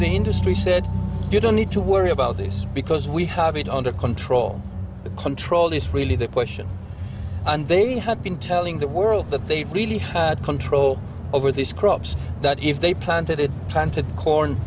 the industry said you don't need to worry about this because we have it under control the control is really the question and they have been telling the world that they really had control over these crops that if they planted it planted corn